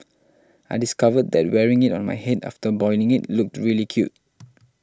I discovered that wearing it on my head after boiling it looked really cute